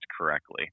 correctly